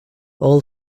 all